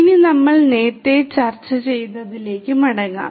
ഇനി നമ്മൾ നേരത്തെ ചർച്ച ചെയ്തതിലേക്ക് മടങ്ങാം